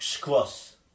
cross